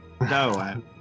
No